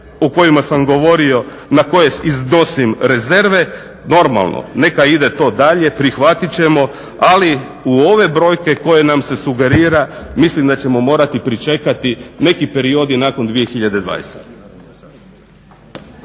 o kojima sam govorio na koje iznosim rezerve. Normalno, neka ide to dalje, prihvatit ćemo ali u ove brojke koje nam se sugerira mislim da ćemo morati pričekati neki period i nakon 2020.